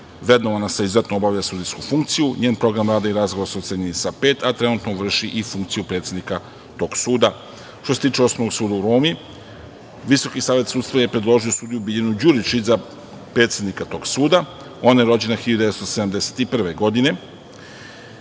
vrednovana sa „izuzetno obavlja sudijsku funkciju“. Njen program rada i razgovor su ocenjeni sa „pet“, a trenutno vrši i funkciju predsednika tog suda. Što se tiče Osnovnog suda u Rumi, Visoki savet sudstva je predložio sudiju Biljanu Đurišić za predsednika tog suda. Ona je rođena 1971. godine.